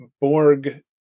Borg-